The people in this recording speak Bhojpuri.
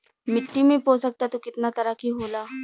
मिट्टी में पोषक तत्व कितना तरह के होला?